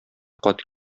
кат